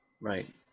right